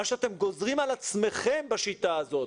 מה שאתם גוזרים על עצמכם בשיטה הזאת,